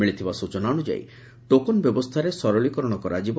ମିଳିଥିବା ସୂଚନା ଅନୁଯାୟୀ ଟୋକନ ବ୍ୟବସ୍ଚାରେ ସରଳୀକରଣ କରାଯିବ